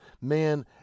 man